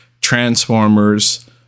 transformers